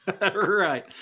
Right